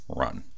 run